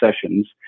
sessions